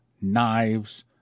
knives